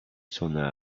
sona